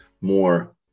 more